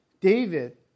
David